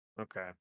Okay